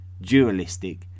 dualistic